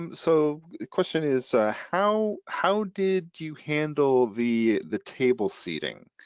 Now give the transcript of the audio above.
um so the question is how how did you handle the the table seating?